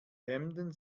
hemden